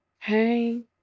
Hey